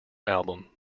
album